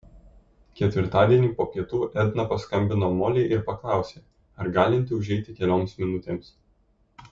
ketvirtadienį po pietų edna paskambino molei ir paklausė ar galinti užeiti kelioms minutėms